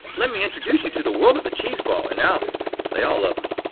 let me introduce you to the world of the cheese ball and now they all love me.